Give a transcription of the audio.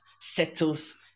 settles